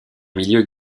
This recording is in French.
milieu